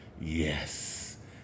yes